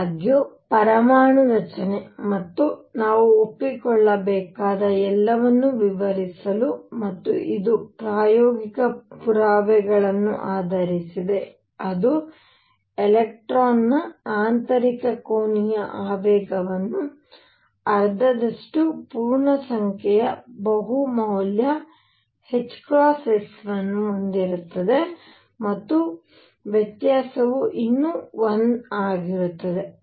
ಆದಾಗ್ಯೂ ಪರಮಾಣು ರಚನೆ ಮತ್ತು ನಾವು ಒಪ್ಪಿಕೊಳ್ಳಬೇಕಾದ ಎಲ್ಲವನ್ನು ವಿವರಿಸಲು ಮತ್ತು ಇದು ಪ್ರಾಯೋಗಿಕ ಪುರಾವೆಗಳನ್ನು ಆಧರಿಸಿದೆ ಅದು ಎಲೆಕ್ಟ್ರಾನ್ನ ಆಂತರಿಕ ಕೋನೀಯ ಆವೇಗವನ್ನು ಅರ್ಧದಷ್ಟು ಪೂರ್ಣಸಂಖ್ಯೆಯ ಬಹು ಮೌಲ್ಯ sವನ್ನು ಹೊಂದಿರುತ್ತದೆ ಮತ್ತು ವ್ಯತ್ಯಾಸವು ಇನ್ನೂ 1 ಆಗಿರುತ್ತದೆ